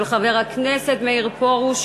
של חבר הכנסת מאיר פרוש,